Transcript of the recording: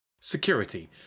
Security